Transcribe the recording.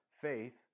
faith